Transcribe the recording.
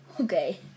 Okay